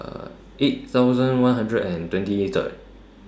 eight thousand one hundred and twenty Third